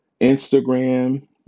Instagram